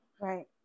Right